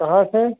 कहाँ से